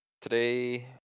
Today